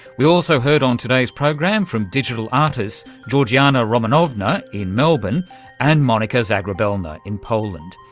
we also heard on today's program from digital artists georgiana romanovna in melbourne and monika zagrobelna in poland,